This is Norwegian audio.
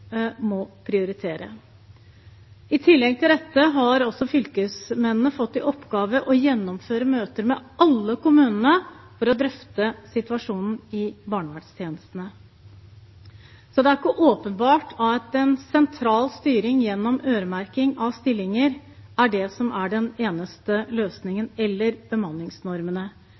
prioritere. I tillegg til dette har fylkesmennene fått i oppgave å gjennomføre møter med alle kommunene for å drøfte situasjonen i barnevernstjenestene. Så det er ikke åpenbart at en sentral styring gjennom øremerking av stillinger er den eneste løsningen – eller bemanningsnormene.